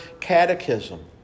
Catechism